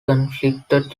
conflicted